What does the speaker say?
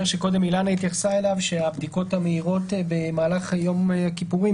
שקודם אילנה התייחסה אליו שהבדיקות המהירות במהלך יום הכיפורים,